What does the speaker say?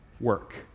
work